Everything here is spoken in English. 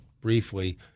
briefly